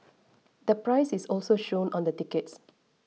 the price is also shown on the tickets